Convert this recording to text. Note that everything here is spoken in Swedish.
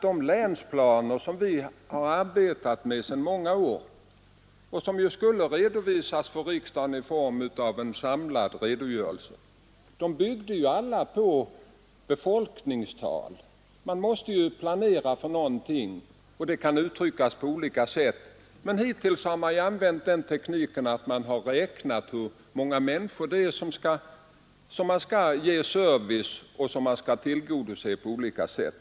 De länsplaner som vi har arbetat med sedan många år och som skulle redovisas för riksdagen i form av en samlad redogörelse byggde alla på befolkningstal. Man måste ju planera för någonting, och det kan uttryckas på olika sätt. Hittills har man använt den tekniken att man har räknat hur många människor som man skall ge service och tillgodose på olika sätt.